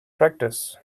practice